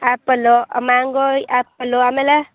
apple mango apple ಆಮೇಲೆ